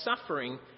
suffering